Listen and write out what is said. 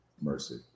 mercy